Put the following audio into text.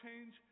change